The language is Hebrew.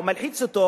ומלחיץ אותו